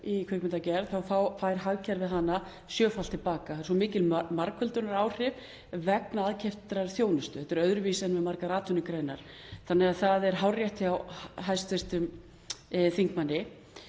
í kvikmyndagerð fær hagkerfið hana sjöfalt til baka. Það eru svo mikil margföldunaráhrif vegna aðkeyptrar þjónustu. Þetta er öðruvísi en með margar atvinnugreinar. Það er því hárrétt hjá hv. þingmanni.